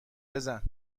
بزن